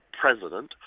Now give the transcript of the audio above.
president